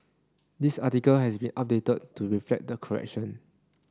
this article has been updated to reflect the correction